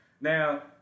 Now